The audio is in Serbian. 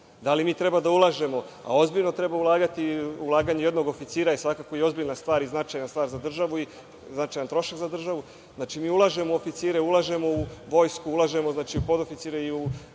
Da li mi treba da ulažemo, a ozbiljno treba ulagati? Ulaganje u jednog oficira je svakako i ozbiljna stvar i značajna stvar za državu i značajan trošak za državu. Znači, mi ulažemo u oficire, ulažemo u vojsku, ulažemo u podoficire i u